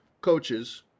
coaches